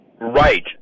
right